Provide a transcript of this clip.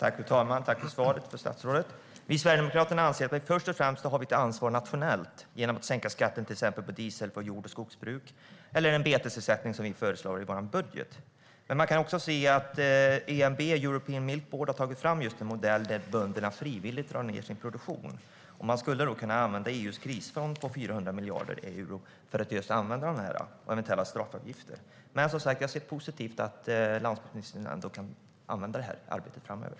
Fru talman! Tack för svaret, statsrådet! Vi sverigedemokrater anser att vi först och främst har ett ansvar nationellt genom att till exempel sänka skatten på diesel för jord och skogsbruk. Man kan också ha en betesersättning, som vi föreslår i vår budget. Man kan också se att EMB, European Milk Board, har tagit fram en modell där bönderna frivilligt drar ned sin produktion. Man skulle då kunna använda EU:s krisfond på 400 miljarder euro och eventuella straffavgifter. Men, som sagt, jag ser positivt på att landsbygdsministern kan använda det här arbetet framöver.